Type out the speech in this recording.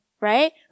right